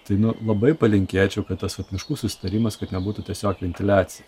tai nu labai palinkėčiau kad tas vat miškų susitarimas kad nebūtų tiesiog ventiliacija